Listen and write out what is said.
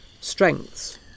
strengths